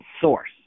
source